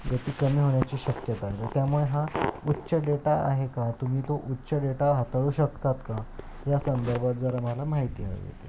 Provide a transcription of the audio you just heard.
गती कमी होण्याची शक्यता आहे तर त्यामुळे हा उच्च डेटा आहे का तुम्ही तो उच्च डेटा हाताळू शकतात का या संदर्भात जरा मला माहिती हवी होती